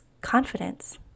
confidence